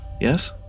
yes